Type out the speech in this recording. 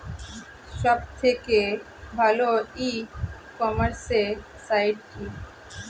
সব থেকে ভালো ই কমার্সে সাইট কী?